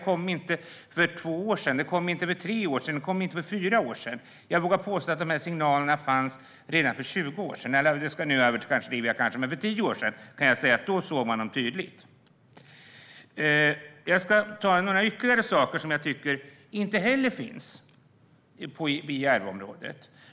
Det började inte för två, tre eller fyra år sedan, utan jag vågar påstå att dessa signaler fanns redan för tio år sedan. Då såg man tendenserna tydligt. Jag ska nämna några ytterligare exempel på något som inte finns i Järvaområdet.